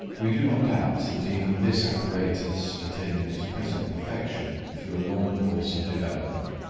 we do not doubt that even this apparatus attained its present perfection through a long course of development.